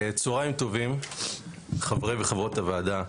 צהריים טובים חברים וחברות הוועדה.